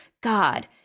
god